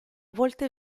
volte